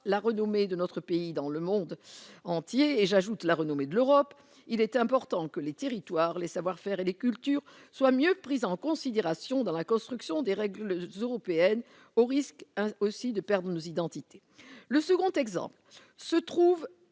la renommée de notre pays dans le monde entier et j'ajoute la renommée de l'Europe, il était important que les territoires, les savoir-faire et les cultures soient mieux prises en considération dans la construction des règles européennes, au risque aussi de perdre nos identités, le second exemple se trouve